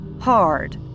hard